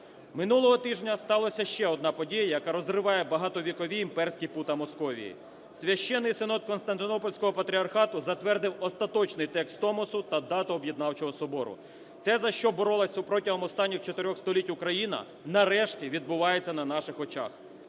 Минулого тижня сталася ще одна подія, яка розриває багатовікові імперські пута Московії: Священний Синод Константинопольського Патріархату затвердив остаточний текст Томосу та дату Об'єднавчого Собору – те, за що боролася протягом останніх чотирьох століть Україна, нарешті відбувається на наших очах.